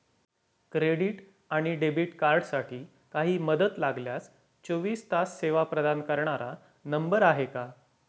Credit आणि debit कार्डसाठी काही मदत लागल्यास चोवीस तास सेवा प्रदान करणारा नंबर आहे का?